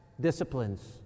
disciplines